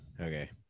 Okay